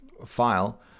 file